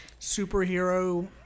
superhero